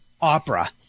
Opera